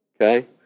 Okay